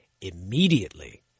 immediately